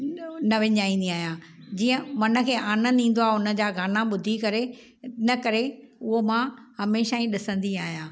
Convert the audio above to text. न विञाईंदी आहियां जीअं मनु खे आनंदु ईंदो आहे हुनजा गाना ॿुधी करे हिन करे उहो मां हमेशह ई ॾिसंदी आहियां